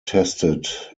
tested